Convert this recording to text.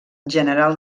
general